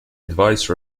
advice